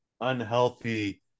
unhealthy